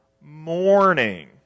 morning